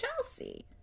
Chelsea